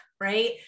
right